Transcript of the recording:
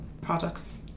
products